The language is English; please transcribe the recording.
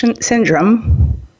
syndrome